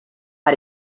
how